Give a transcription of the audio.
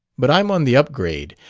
but i'm on the up-grade,